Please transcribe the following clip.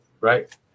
right